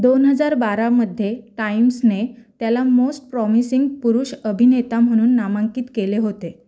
दोन हजार बारामध्ये टाईम्सने त्याला मोस्ट प्रॉमिसिंग पुरुष अभिनेता म्हणून नामांकित केले होते